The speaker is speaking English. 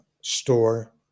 store